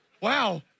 wow